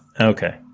Okay